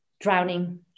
drowning